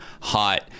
hot